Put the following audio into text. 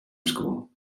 school